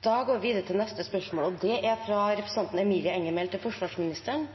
Dette spørsmålet er fra Emilie Enger Mehl til forsvarsministeren, men presidenten kan ikke se at representanten Emilie Enger Mehl er til